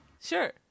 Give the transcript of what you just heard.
sure